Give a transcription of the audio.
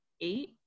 eight